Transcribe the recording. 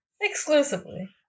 exclusively